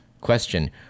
Question